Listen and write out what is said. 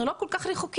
אנחנו לא כל כך רחוקים,